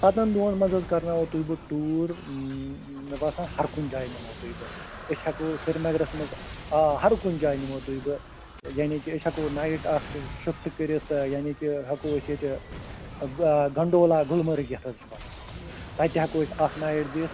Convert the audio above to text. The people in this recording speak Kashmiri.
ستن دۄہن منٛز حَظ کرناوہو تُہۍ بہٕ ٹیٛوٗر مےٚ باسان ہر کُنہِ جاے نِمو تُہۍ بہٕ أسۍ ہیٚکو سرینگرس منٛز آ ہر کُنہِ جاے نِمو تُہۍ بہٕ یعنی کہِ أسۍ ہیٚکو نایٹ اکھ شِفٹہٕ کرتھ ٲں یعنی کہِ ہیٚکو أسۍ ییٚتہِ ٲں گنڈولا گُلمرگ یتھ حظ چھِ ونان تتہِ تہِ ہیٚکو أسۍ اکھ نایٹ دِتھ